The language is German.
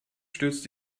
stürzt